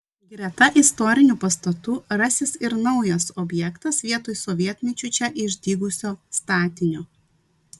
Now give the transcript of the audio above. greta istorinių pastatų rasis ir naujas objektas vietoj sovietmečiu čia išdygusio statinio